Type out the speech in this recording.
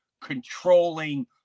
controlling